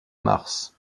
mars